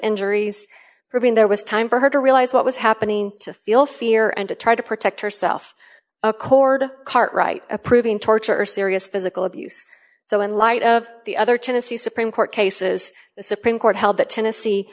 injuries her being there was time for her to realize what was happening to feel fear and to try to protect herself accord cartwright approving torture serious physical abuse so in light of the other tennessee supreme court cases the supreme court held that tennessee